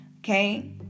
Okay